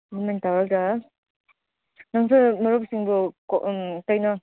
ꯑꯗꯨꯃꯥꯏꯅ ꯇꯧꯔꯒ ꯅꯪꯁꯨ ꯃꯔꯨꯞꯁꯤꯡꯗꯣ ꯀꯩꯅꯣ